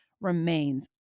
remains